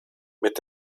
mit